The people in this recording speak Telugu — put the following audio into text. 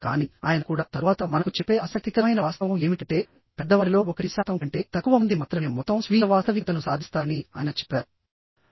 కానీ ఆయన కూడా తరువాత మనకు చెప్పే ఆసక్తికరమైన వాస్తవం ఏమిటంటే పెద్దవారిలో 1 శాతం కంటే తక్కువ మంది మాత్రమే మొత్తం స్వీయ వాస్తవికతను సాధిస్తారని ఆయన చెప్పారు